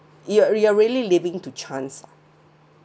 you're you are really living to chance